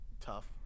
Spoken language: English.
tough